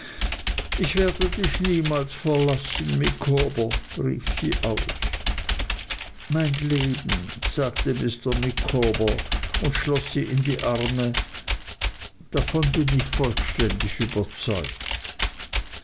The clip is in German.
ich werde dich niemals verlassen micawber rief sie aus mein leben sagte mr micawber und schloß sie in die arme davon bin ich vollständig überzeugt